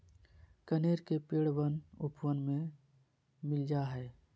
कनेर के पेड़ वन उपवन में मिल जा हई